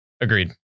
Agreed